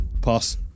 pass